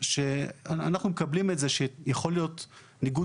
אנחנו מקבלים את זה שיכול להיות ניגוד